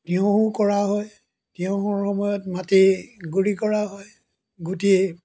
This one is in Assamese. তিয়ঁহো কৰা হয় তিয়ঁহৰ সময়ত মাটি গুড়ি কৰা হয় গুটি